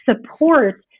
support